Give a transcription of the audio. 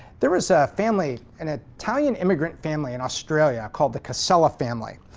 there was a family, an ah italian immigrant family in australia, called the casella family.